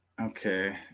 Okay